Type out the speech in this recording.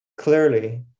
Clearly